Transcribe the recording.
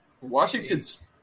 Washington's